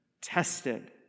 tested